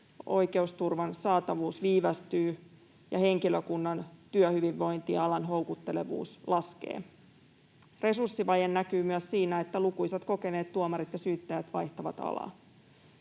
oikeusturvan saatavuus viivästyy ja henkilökunnan työhyvinvointi ja alan houkuttelevuus laskevat. Resurssivaje näkyy myös siinä, että lukuisat kokeneet tuomarit ja syyttäjät vaihtavat alaa.